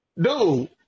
dude